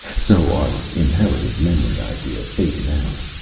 so our inherited-memory idea faded out.